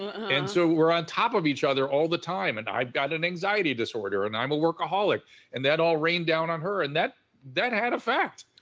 and so, we were on top of each other all the time and i've got an anxiety disorder and i'm a workaholic and that all rained down on her. and that that had effect.